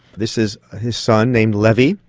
this is his son named levi.